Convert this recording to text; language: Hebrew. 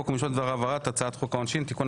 חוק ומשפט בדבר העברת הצעת חוק העונשין (תיקון,